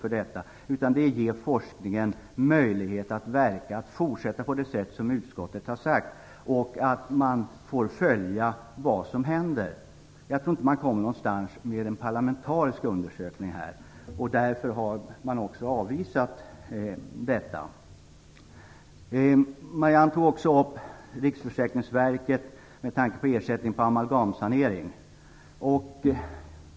Vi måste ge forskningen möjlighet att verka och fortsätta på det sätt som utskottet har sagt. Vi får följa vad som händer. Jag tror inte att man kommer någonstans med en parlamentarisk undersökning. Därför har utskottet också avvisat detta. Marianne Andersson tog också upp frågan om Riksförsäkringsverket och ersättning för amalgamsanering.